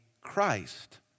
Christ